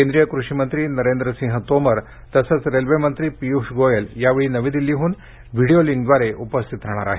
केंद्रीय कृषी मंत्री नरेंद्रसिंह तोमर तसंच रेल्वेमंत्री पीयूष गोयल यावेळी नवी दिल्लीहून व्हिडीओ लिंकद्वारे उपस्थित राहणार आहेत